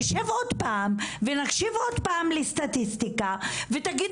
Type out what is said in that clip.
נשב עוד פעם ונקשיב עוד פעם לסטטיסטיקה ותגיד